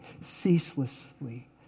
ceaselessly